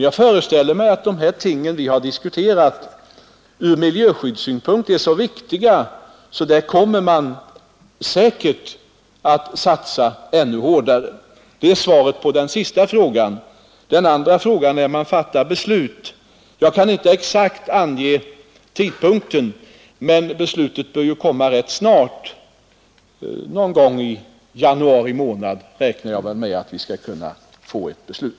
Jag föreställer mig att de ting vi diskuterat från miljöskyddssynpunkt är så viktiga att man säkert i fråga om dem kommer att satsa ännu hårdare. Det är svaret på den sista frågan. Den andra frågan gällde när man kan fatta ett beslut. Jag kan inte exakt ange tidpunkten, men beslutet bör fattas rätt snart. Jag räknar med att vi någon gång i januari månad skall kunna få fram ett beslut.